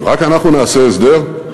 אם רק אנחנו נעשה הסדר,